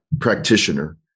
practitioner